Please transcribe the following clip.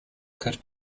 could